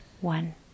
one